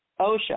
OSHA